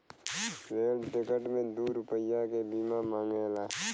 rail ticket मे दू रुपैया के बीमा मांगेला